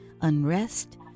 unrest